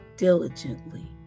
Diligently